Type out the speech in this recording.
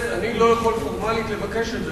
אני לא יכול פורמלית לבקש את זה,